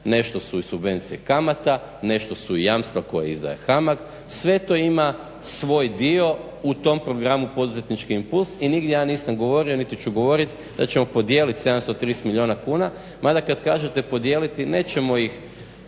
nešto su i subvencije kamata, nešto su jamstva koja izdaje HAMAG sve to ima svoj dio u tom programu Poduzetnički impuls. I nigdje ja nisam govorio niti ću govoriti da ćemo podijelit 730 milijuna kuna mada kad kažete podijeliti, nećemo ih